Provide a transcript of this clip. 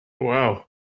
Wow